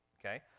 Okay